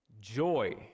Joy